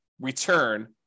return